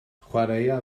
chwaraea